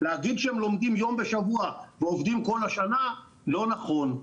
להגיד שהם לומדים יום בשבוע ועובדים כל השנה לא נכון,